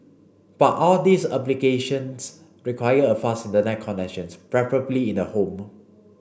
but all these applications require a fast Internet connections preferably in the home